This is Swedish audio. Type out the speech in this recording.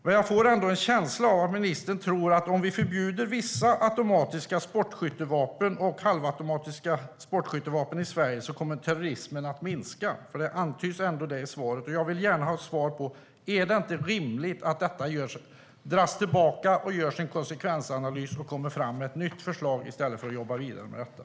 Men jag får en känsla av att ministern tror att terrorismen kommer att minska om vi förbjuder vissa automatiska sportskyttevapen och halvautomatiska sportskyttevapen i Sverige. Det antyds ändå i svaret. Jag vill gärna ha svar på om det inte är rimligt att detta dras tillbaka, att man gör en konsekvensanalys och kommer med ett nytt förslag, i stället för att man ska jobba vidare med detta.